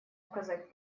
оказать